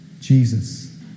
Jesus